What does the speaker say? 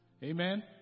amen